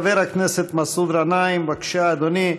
חבר הכנסת מסעוד גנאים, בבקשה, אדוני,